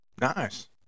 Nice